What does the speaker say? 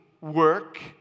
work